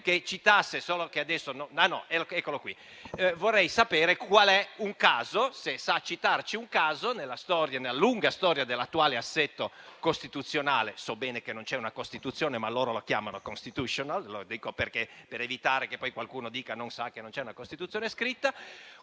al re, vorrei sapere se sa citarci un caso nella lunga storia dell'attuale assetto costituzionale - so bene che non c'è una Costituzione, ma loro lo chiamano *constitutional*, lo dico per evitare che poi qualcuno dica che non so che non c'è una Costituzione scritta